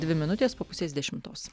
dvi minutės po pusės dešimtos